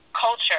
culture